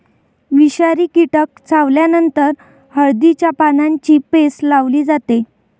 विषारी कीटक चावल्यावर हळदीच्या पानांची पेस्ट लावली जाते